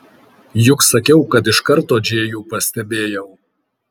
juk sakiau kad iš karto džėjų pastebėjau